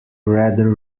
rather